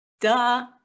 Duh